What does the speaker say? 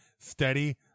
steady